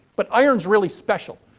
but, iron's really special.